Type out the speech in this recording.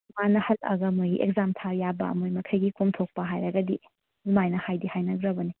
ꯃꯥꯅ ꯍꯜꯂꯛꯑꯒ ꯃꯈꯣꯏꯒꯤ ꯑꯦꯛꯖꯥꯝ ꯊꯥꯕ ꯌꯥꯕ ꯃꯈꯣꯏꯒꯤ ꯀꯣꯝꯊꯣꯛꯄ ꯍꯥꯏꯔꯒꯗꯤ ꯑꯗꯨꯃꯥꯏꯅ ꯍꯥꯏꯗꯤ ꯍꯥꯏꯅꯈ꯭ꯔꯕꯅꯤ